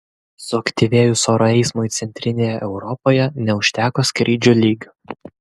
suaktyvėjus oro eismui centrinėje europoje neužteko skrydžių lygių